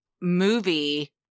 movie